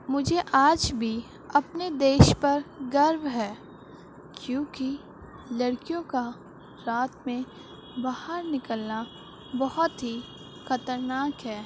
مجھے آج بھی اپنے دیش پر گرو ہے کیوں کہ لڑکیوں کا رات میں باہر نکلنا بہت ہی خطرناک ہے